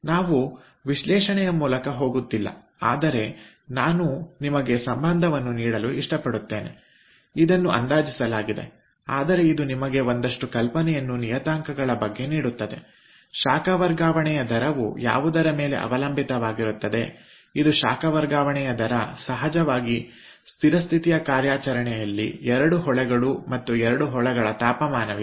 ನಾವು ವಿಶ್ಲೇಷಣೆಯ ಮೂಲಕ ಹೋಗುತ್ತಿಲ್ಲ ಆದರೆ ನಾನು ನಿಮಗೆ ಸಂಬಂಧವನ್ನು ನೀಡಲು ಇಷ್ಟಪಡುತ್ತೇನೆ ಇದನ್ನು ಅಂದಾಜಿಸಲಾಗಿದೆ ಆದರೆ ಇದು ನಿಮಗೆ ಒಂದಷ್ಟು ಕಲ್ಪನೆಯನ್ನು ನಿಯತಾಂಕಗಳ ಬಗ್ಗೆ ನೀಡುತ್ತದೆ ಶಾಖ ವರ್ಗಾವಣೆಯ ದರವು ಯಾವುದರ ಮೇಲೆ ಅವಲಂಬಿತವಾಗಿರುತ್ತದೆ ಇದು ಅಂದರೆ ಶಾಖ ವರ್ಗಾವಣೆಯ ದರ ಸಹಜವಾಗಿ ಸ್ಥಿರ ಸ್ಥಿತಿಯ ಕಾರ್ಯಾಚರಣೆಯಲ್ಲಿ 2 ಹೊಳೆಗಳು ಮತ್ತು 2 ಹೊಳೆಗಳ ತಾಪಮಾನವಿದೆ